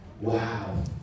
Wow